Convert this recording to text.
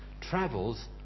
travels